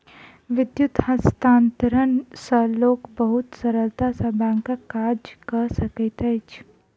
विद्युत हस्तांतरण सॅ लोक बहुत सरलता सॅ बैंकक काज कय सकैत अछि